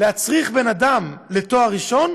להצריך בן אדם לתואר ראשון,